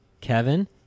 Kevin